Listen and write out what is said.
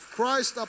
Christ